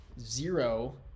zero